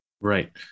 right